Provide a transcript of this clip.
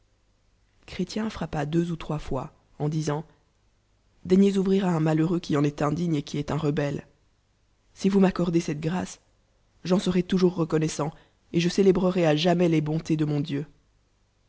deux ou trois fois b en disant daignez ouvrir à un blslheureux qui en est indigne et qui est un rebelle si vous m'accordez cette grâce j'en serai i ton jours reconnoissant et je célelbrerai àjamais les bontés de mon dieu